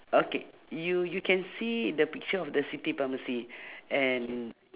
okay you you can see the picture of the city pharmacy and